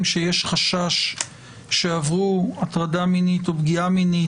שיש חשש שעברו הטרדה מינית או פגיעה מינית,